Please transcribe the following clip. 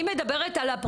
אני מדברת על,